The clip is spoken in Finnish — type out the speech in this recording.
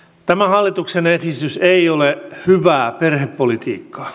tämä hallituksen esitys ei ole hyvää perhepolitiikkaa